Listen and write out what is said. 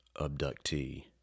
abductee